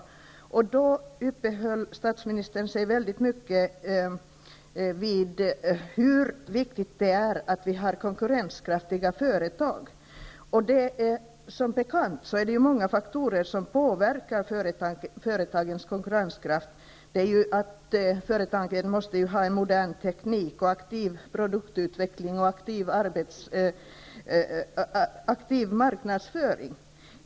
Vid det tillfället uppehöll sig statsministern mycket vid vikten av att ha konkurrenskraftiga företag. Som bekant är det många faktorer som påverkar företagens konkurrenskraft, t.ex. att företagen måste ha modern teknik, aktiv produktutveckling och aktiv marknadsföring.